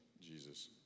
Jesus